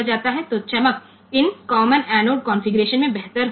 તેથી આપણને આ તેજ મળે છે જે આ કોમન એનોડ કન્ફિગરેશન માં વધુ સારી હશે